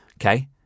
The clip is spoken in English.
Okay